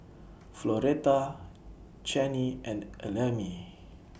Floretta Channie and Ellamae